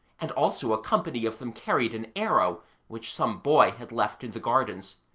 and also a company of them carried an arrow which some boy had left in the gardens,